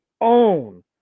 own